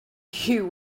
you